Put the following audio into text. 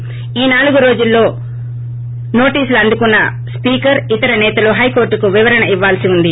కాగా ఈ నాలుగు రోజుల్లో నోటీసులు అందుకున్న స్పీకర్ ఇతర సేతలు హైకోర్టుకు వివరణ ఇవ్వాల్సి ఉంది